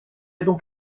donc